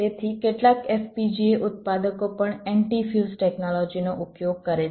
તેથી કેટલાક FPGA ઉત્પાદકો પણ એન્ટી ફ્યુઝ ટેકનોલોજીનો ઉપયોગ કરે છે